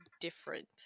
different